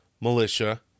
militia